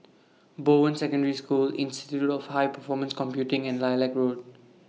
Bowen Secondary School Institute of High Performance Computing and Lilac Road